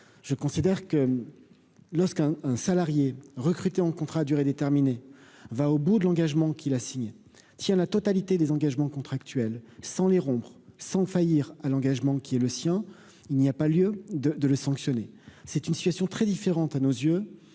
je considère que lorsqu'un un salarié recruté en contrat à durée déterminée va au bout de l'engagement qu'il a signé, tiens, la totalité des engagements contractuels sans les rompre sans faillir à l'engagement qui est le sien, il n'y a pas lieu de de le sanctionner, c'est une situation très différente à nos yeux